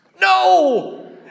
No